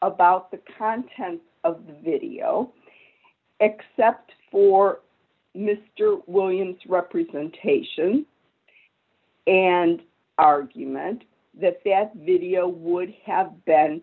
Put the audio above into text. about the content of the video except for mr williams representation and argument that that video would have been